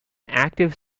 active